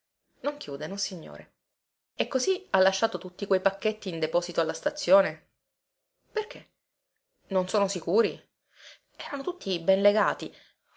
nossignore e così ha lasciato tutti quei pacchetti in deposito alla stazione perché non sono sicuri erano tutti ben legati